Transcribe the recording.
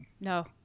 No